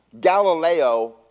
Galileo